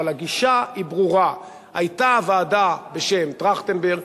אבל הגישה ברורה: היתה ועדה בשם "טרכטנברג",